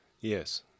Yes